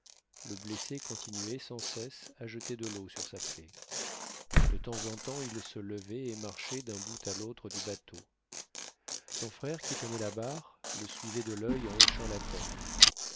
le blessé continuait sans cesse à jeter de l'eau sur sa plaie de temps en temps il se levait et marchait d'un bout à l'autre du bateau son frère qui tenait la barre le suivait de l'oeil en hochant la tête